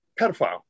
pedophile